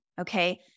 okay